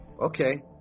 okay